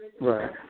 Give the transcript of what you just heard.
Right